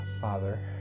father